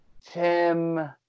Tim